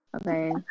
Okay